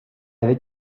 avait